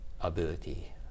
ability